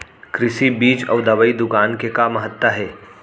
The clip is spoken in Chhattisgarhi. कृषि बीज अउ दवई दुकान के का महत्ता हे?